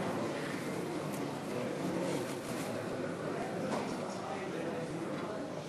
(חברי הכנסת מכבדים בקימה את זכרם